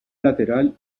lateral